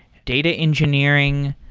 data engineering.